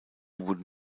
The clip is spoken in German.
wurden